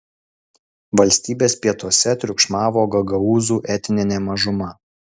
valstybės pietuose triukšmavo gagaūzų etninė mažuma